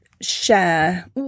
share